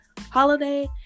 holiday